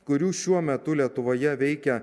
kurių šiuo metu lietuvoje veikia